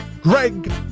Greg